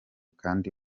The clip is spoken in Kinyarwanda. kandi